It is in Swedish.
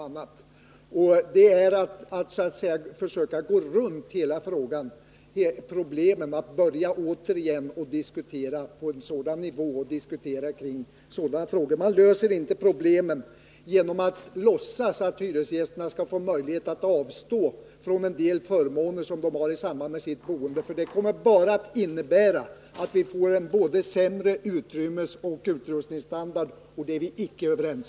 Att nu återigen börja diskutera på en sådan nivå och sådana frågor är att försöka gå runt hela problemet. Man löser inte problemet genom att framställa det som att hyresgästerna skall få möjlighet att avstå från en del förmåner som de har i samband med sitt boende. Det skulle bara medföra risker för både sämre utrymmesstandard och sämre utrustningsstandard, så på den punkten är vi icke överens.